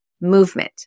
movement